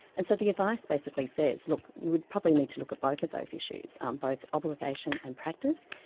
and so the advice basically says, look, we would probably need to look at both of those issues, um both obligation and practice.